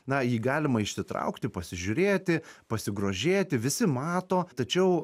na jį galima išsitraukti pasižiūrėti pasigrožėti visi mato tačiau